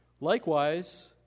Likewise